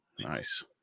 Nice